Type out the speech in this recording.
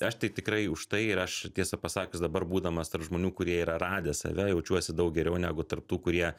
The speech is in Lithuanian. aš tai tikrai už tai ir aš tiesą pasakius dabar būdamas tarp žmonių kurie yra radę save jaučiuosi daug geriau negu tarp tų kurie